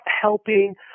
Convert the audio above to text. helping